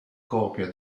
copia